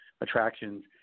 attractions